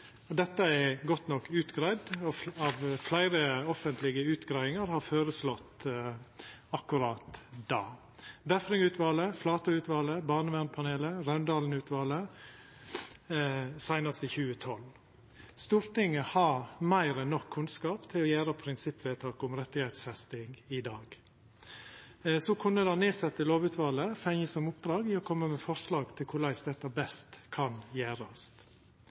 dette er godt nok utgreidd. Fleire offentlege utgreiingar har føreslått akkurat det – Befring-utvalet, Flatø-utvalet, Barnevernpanelet, Raundalen-utvalet – seinast i 2012. Stortinget har meir enn nok kunnskap til å gjera prinsippvedtak om rettsfesting i dag. Så kunne det nedsette lovutvalet få som oppdrag å koma med forslag til korleis dette best kan gjerast.